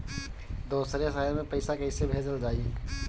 दूसरे शहर में पइसा कईसे भेजल जयी?